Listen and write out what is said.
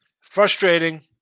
Frustrating